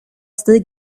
still